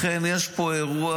לכן יש פה אירוע